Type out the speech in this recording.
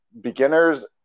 beginners